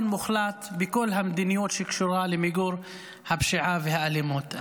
מוחלט בכל המדיניות שקשורה למיגור הפשיעה והאלימות.